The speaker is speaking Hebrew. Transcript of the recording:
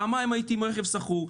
פעמיים הייתי עם רכב שכור.